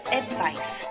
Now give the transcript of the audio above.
advice